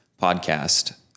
podcast